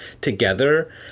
together